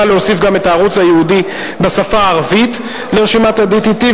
להוסיף גם את הערוץ הייעודי בשפה הערבית לרשימת ה-DTT,